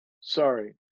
sorry